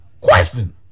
Question